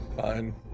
fine